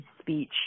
speech